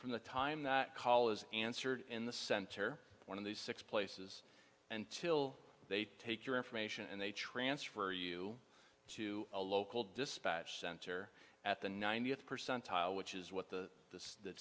from the time that call is answered in the center one of these six places until they take your information and they transfer you to a local dispatch center at the ninetieth percentile which is what the the